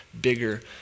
bigger